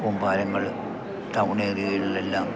കൂമ്പാരങ്ങള് town ഏരിയകൾലെല്ലാം